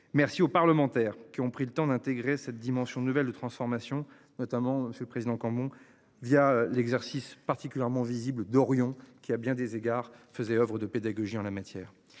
merci aux parlementaires qui ont pris le temps d'intégrer cette dimension nouvelle de transformation notamment Monsieur le président Cambon via l'exercice particulièrement visible d'Orion qui à bien des égards faisait oeuvre de pédagogie en la matière.